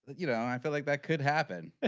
you know i feel like that could happen. ah